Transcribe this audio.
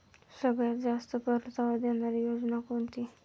सगळ्यात जास्त परतावा देणारी योजना कोणती?